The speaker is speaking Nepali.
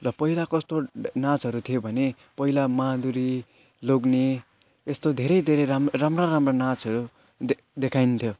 र पहिला कस्तो नाचहरू थियो भने पहिला माधुरी लोग्ने यस्तो धेरै धेरै राम राम्रो राम्रो नाचहरू दे देखाइन्थ्यो